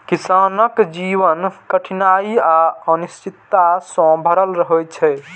किसानक जीवन कठिनाइ आ अनिश्चितता सं भरल होइ छै